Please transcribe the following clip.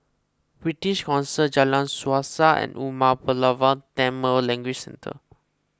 British Council Jalan Suasa and Umar Pulavar Tamil Language Centre